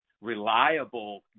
reliable